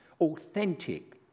authentic